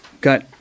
got